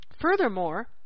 Furthermore